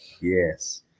Yes